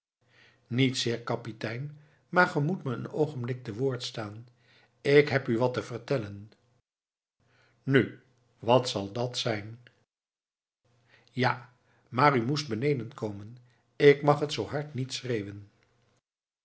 niets heer kapitein maar ge moet me een oogenblik te woord staan ik heb u wat te vertellen nu wat zal dat zijn ja maar u moest beneden komen ik mag het zoo hard niet schreeuwen